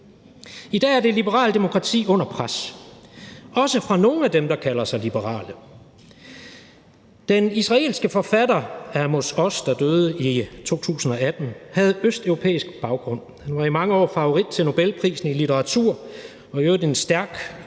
I dag er det liberale demokrati under pres, også fra nogle af dem, der kalder sig liberale. Den israelske forfatter Amos Oz, der døde i 2018, havde en østeuropæisk baggrund, og han var i mange år favorit til Nobelprisen i litteratur og i øvrigt en stærk